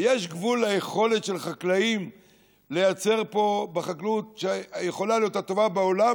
ויש גבול ליכולת של חקלאים להיעצר פה בחקלאות שיכולה להיות הטובה בעולם,